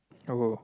hello